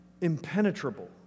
impenetrable